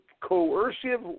coercive